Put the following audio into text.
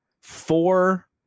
four